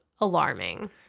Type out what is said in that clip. alarming